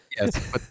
yes